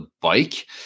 bike